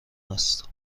است